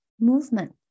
Movement